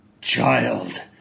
Child